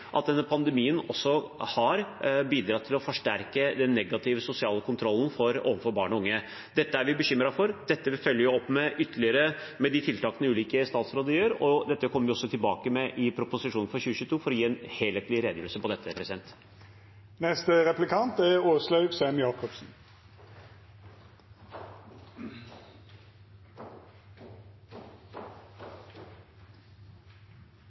har bidratt til å forsterke den negative sosiale kontrollen overfor barn og unge. Dette er vi bekymret for, dette følger vi opp ytterligere med de tiltakene ulike statsråder gjør, og dette kommer vi også tilbake med i proposisjonen for 2022 for å gi en helhetlig redegjørelse om dette.